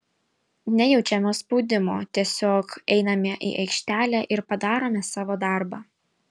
nejaučiame spaudimo tiesiog einame į aikštelę ir padarome savo darbą